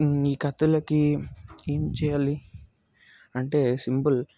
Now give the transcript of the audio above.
ఈ కత్తులకి ఏం చేయాలి అంటే సింపుల్